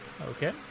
Okay